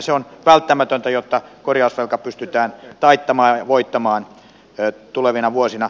se on välttämätöntä jotta korjausvelka pystytään taittamaan ja voittamaan tulevina vuosina